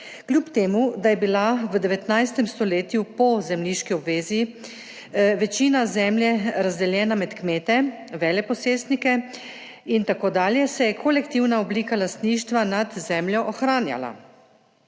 Kljub temu da je bila v 19. stoletju po zemljiški obvezi večina zemlje razdeljena med kmete, veleposestnike in tako dalje, se je kolektivna oblika lastništva nad zemljo ohranjala.